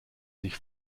sich